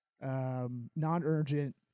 non-urgent